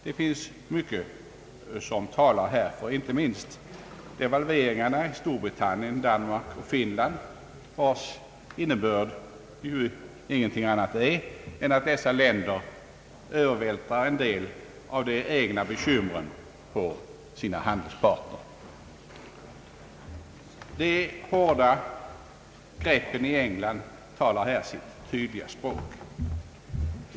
Det finns mycket som talar härför, inte minst devalveringarna i Storbritannien, Danmark och Finland, vilkas innebörd ju inte är någonting annat än att dessa länder övervältrar en del av de egna bekymren på sina handelspartners bl.a. på vårt eget land. De hårda greppen i England talar sitt tydliga språk.